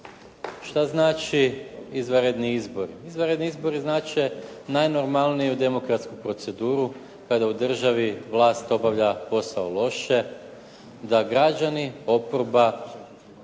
šta znači izvanredni izbori? Izvanredni izbori znače najnormalniju demokratsku proceduru kada u državi vlast obavlja posao loše, da građani, oporba,